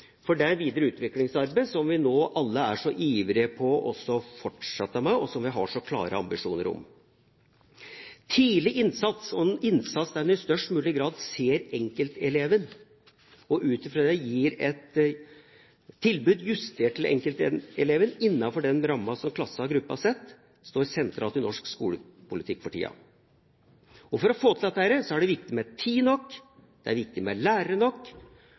utgangspunkt for det videre utviklingsarbeidet som vi alle er så ivrige på å fortsette med, og som vi har så klare ambisjoner for. Tidlig innsats og en innsats der en i størst mulig grad ser enkelteleven – og ut fra det gir et tilbud justert for enkelteleven innenfor den rammen klassen eller gruppen setter – står sentralt i norsk skolepolitikk for tiden. For å få til dette er det viktig med tid nok, det er viktig med lærere nok,